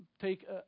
Take